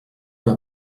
ocre